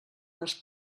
les